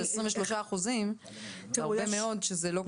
זה 23 אחוזים, זה הרבה מאוד וזה לא כזה ברור.